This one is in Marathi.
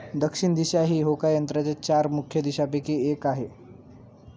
दक्षिण दिशा ही होकायंत्राच्या चार मुख्य दिशांपैकी एक आहे